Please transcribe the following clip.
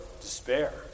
despair